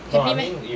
happy meh